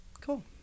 Cool